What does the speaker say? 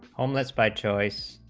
homeless by choice